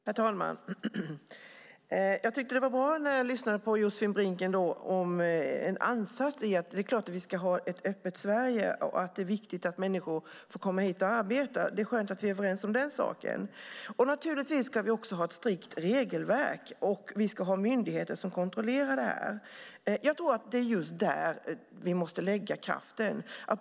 Herr talman! Det är bra med Josefin Brinks ansats. Det är klart att vi ska ha ett öppet Sverige och att människor ska få komma hit och arbeta, och det är skönt att vi är överens om den saken. Naturligtvis ska vi också ha ett strikt regelverk, och vi ska ha myndigheter som kontrollerar detta. Jag tror att det är där vi måste lägga kraften.